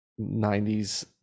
90s